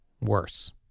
Worse